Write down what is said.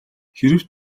хэрэв